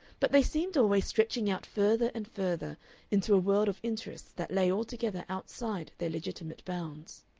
but they seemed always stretching out further and further into a world of interests that lay altogether outside their legitimate bounds.